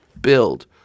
build